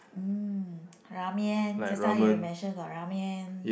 mm ramen just now you mention got ramen